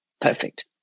perfect